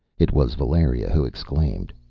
it was valeria who exclaimed,